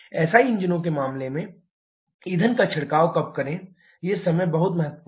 CI इंजनों के मामले में ईंधन का छिड़काव कब करें ये समय बहुत महत्वपूर्ण है